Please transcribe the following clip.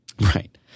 Right